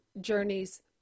Journeys